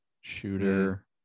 shooter